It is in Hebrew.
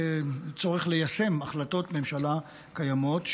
יש לנו צורך ליישם החלטות ממשלה קיימות,